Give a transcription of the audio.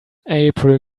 april